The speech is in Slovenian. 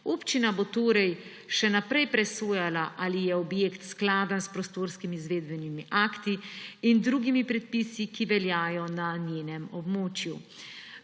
Občina bo torej še naprej presojala, ali je objekt skladen s prostorskimi izvedbenimi akti in drugimi predpisi, ki veljajo na njenem območju.